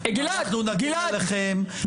אנחנו נגן עליכם,